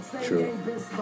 True